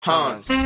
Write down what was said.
Hans